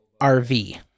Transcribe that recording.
RV